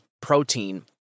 protein